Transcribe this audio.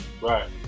right